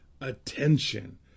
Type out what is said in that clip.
attention